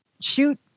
Shoot